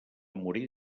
morir